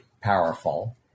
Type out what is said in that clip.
powerful